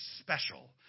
special